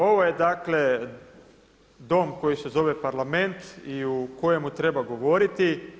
Ovo je dakle dom koji se zove Parlament i u kojemu treba govoriti.